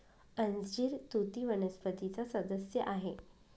अंजीर तुती वनस्पतीचा सदस्य आहे